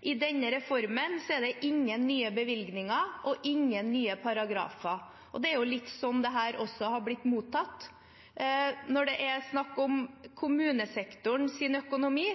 i denne reformen er det ingen nye bevilgninger og ingen nye paragrafer, og det er jo litt sånn dette også har blitt mottatt. Når det er snakk om kommunesektorens økonomi,